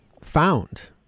found